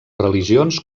religions